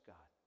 God